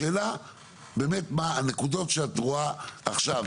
השאלה באמת מה הנקודות שאת רואה עכשיו,